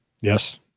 Yes